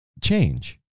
change